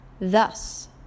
Thus